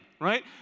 Right